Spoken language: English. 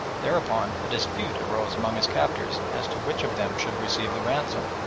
thereupon a dispute arose among his captors as to which of them should receive the ransom,